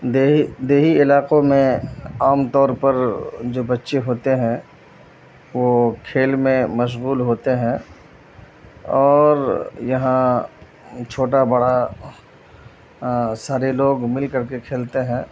دیہی دیہی علاقوں میں عام طور پر جو بچے ہوتے ہیں وہ کھیل میں مشغول ہوتے ہیں اور یہاں چھوٹا بڑا سارے لوگ مل کر کے کھیلتے ہیں